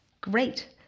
Great